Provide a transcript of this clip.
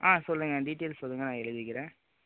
சொல்லுங்கள் டீட்டைல் சொல்லுங்கள் நான் எழுதிக்கிறேன்